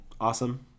awesome